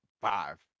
five